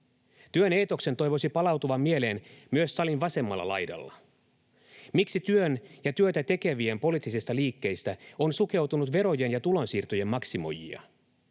Työn eetoksen toivoisi palautuvan mieleen myös salin vasemmalla laidalla. Miksi työn ja työtä tekevien poliittisista liikkeistä on sukeutunut verojen ja tulonsiirtojen maksimoijia?